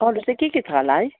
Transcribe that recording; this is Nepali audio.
अरू चाहिँ के के छ होला है